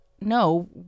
no